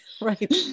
right